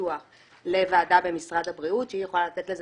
ניתוח לוועדה במשרד הבריאות שהיא יכולה לתת לזה